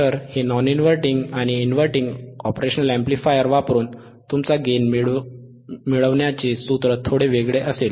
तर हे non inverting आणि इनव्हर्टिंग ऑपरेशनल अॅम्प्लीफायर वापरून तुमचा गेन मिळवण्याचे सूत्र थोडे वेगळे असेल